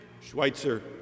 Schweitzer